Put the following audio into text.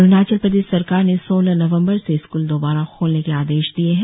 अरूणाचल प्रदेश सरकार ने सोलह नवम्बर से स्कूल दोबारा खोलने के आदेश दिए हैं